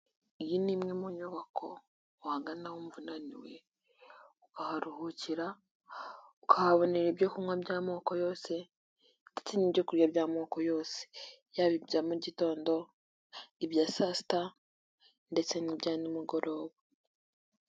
Iyi ni imwe mu nyubako wagana wumva unaniwe ukaharuhukira, ukahabonera ibyo kunywa by'amoko yose ndetse n'ibyokurya by'amoko yose, yaba ibya mu gitondo, ibya saa sita ndetse n'ibya nimugoroba.